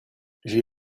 j’ai